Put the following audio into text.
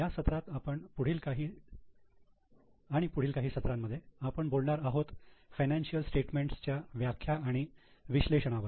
या सत्रात आणि पुढील काही सत्रांमध्ये आपण बोलणार आहोत फायनान्शिअल स्टेटमेंट्स च्या व्याख्या आणि विश्लेषणावर